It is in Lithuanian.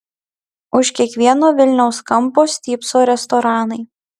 už kiekvieno vilniaus kampo stypso restoranai